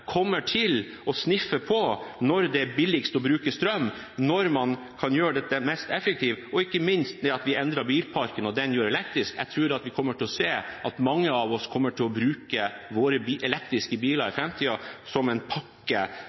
kommer til å sniffe på når det er billigst å bruke strøm, og når man kan gjøre dette mest effektivt. Ikke minst det at vi endrer bilparken og gjør den elektrisk, tror jeg kommer til å føre til at mange av oss kommer til å bruke elektriske biler i framtiden som en pakke